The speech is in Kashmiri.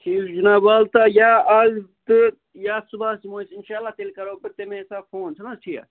ٹھیٖک چھُ جِناب ولتہٕ یا اَز تہٕ یا صُبحَس یِمو أسۍ اِنشاء اللہ تیٚلہِ کَرو پَتہٕ تَمے حِساب فون چھُ نہَ حظ ٹھیٖک